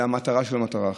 והמטרה שלו היא מטרה אחרת.